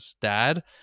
dad